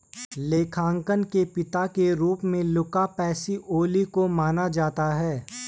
लेखांकन के पिता के रूप में लुका पैसिओली को माना जाता है